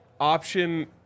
option